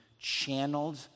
channeled